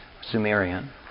Sumerian